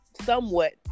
somewhat